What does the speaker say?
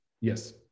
yes